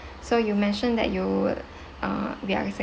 so you mentioned that you uh we are